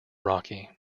rocky